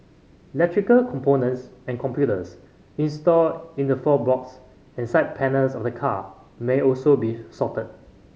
electrical components and computers installed in the floorboards and side panels of the car may also be shorted